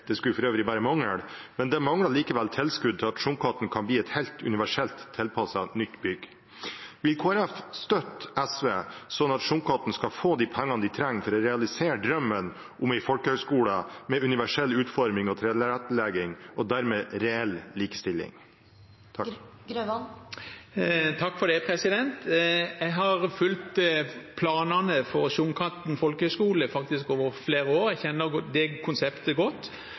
Det skulle for øvrig bare mangle, men det mangler likevel tilskudd til at Sjunkhatten kan bli et helt universelt tilpasset nytt bygg. Vil Kristelig Folkeparti støtte SV, sånn at Sjunkhatten får de pengene de trenger for å realisere drømmen om en folkehøgskole med universell utforming og tilrettelegging og dermed reell likestilling? Jeg har fulgt planene for Sjunkhatten folkehøgskole over flere år. Jeg kjenner konseptet godt,